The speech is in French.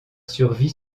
survie